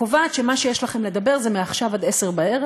וקובעת שמה שיש לכם לדבר זה מעכשיו עד 22:00,